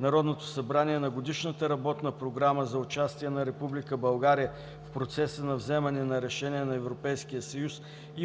Народното събрание на Годишната работна програма за участие на Република България в процеса на вземане на решения на Европейския съюз, и